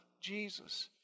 Jesus